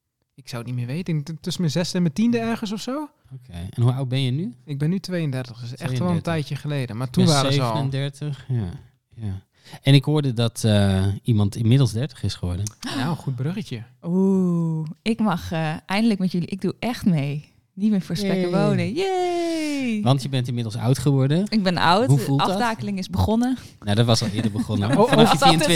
Ik zou het niet meer weten. Ik denk t- tussen mijn zesde en mijn tiende ergens of zo. Oké. En hoe oud ben je nu? Ik ben nu 32, dus echt wel een 32. tijdje geleden. Maar Ik ben toen waren ze al. 37, ja. Ja. En ik hoorde dat, eh, iemand inmiddels 30 is geworden. Oh. Nou, een goed bruggetje. Oeh, ik mag, eh, eindelijk met jullie. Ik doe echt mee. Niet meer voor spek en Yay. bonen. Yay! Want je bent inmiddels oud geworden. Ik ben oud. Hoe De voelt dat? aftakeling is begonnen. Nou, dat was al eerder begonnen, maar Oh, vanaf oh. je